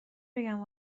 بگم